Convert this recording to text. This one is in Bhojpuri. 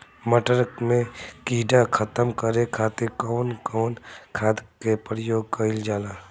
मटर में कीड़ा खत्म करे खातीर कउन कउन खाद के प्रयोग कईल जाला?